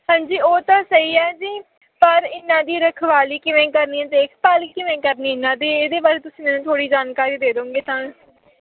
ਹਾਂਜੀ ਉਹ ਤਾਂ ਸਹੀ ਹੈ ਜੀ ਪਰ ਇਹਨਾਂ ਦੀ ਰਖਵਾਲੀ ਕਿਵੇਂ ਕਰਨੀ ਦੇਖਭਾਲ ਕਿਵੇਂ ਕਰਨੀ ਇਹਨਾਂ ਦੀ ਇਹਦੇ ਬਾਰੇ ਤੁਸੀਂ ਮੈਨੂੰ ਥੋੜ੍ਹੀ ਜਾਣਕਾਰੀ ਦੇ ਦਿਓਂਗੇ ਤਾਂ